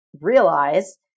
realize